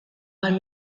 għall